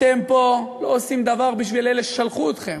אתם לא עושים פה דבר בשביל אלה ששלחו אתכם,